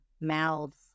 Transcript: mouths